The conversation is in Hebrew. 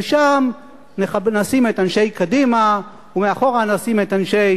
ושם נשים את אנשי קדימה ומאחורה נשים את אנשי